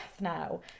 now